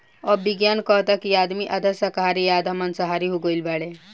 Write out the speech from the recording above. अब विज्ञान कहता कि आदमी आधा शाकाहारी आ आधा माँसाहारी हो गईल बाड़े